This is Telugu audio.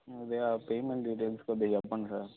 అదే ఆ పేమెంట్ డీటెయిల్స్ కొద్దిగా చెప్పండి సార్